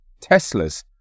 Teslas